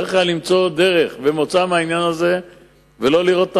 צריך היה למצוא דרך ומוצא מהעניין הזה ולא לראות את